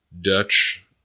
dutch